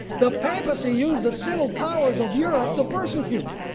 the papacy use the civil powers of europe to persecute.